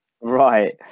right